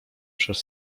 przez